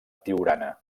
tiurana